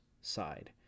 side